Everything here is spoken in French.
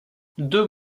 deux